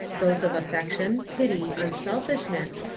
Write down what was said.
those of affection, pity, un selfishness,